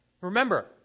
Remember